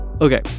Okay